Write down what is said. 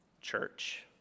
church